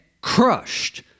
crushed